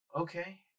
okay